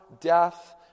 death